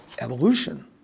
evolution